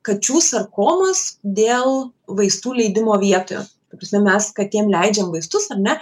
kačių sarkomos dėl vaistų leidimo vietoje ta prasme mes katėm leidžiam vaistus ar ne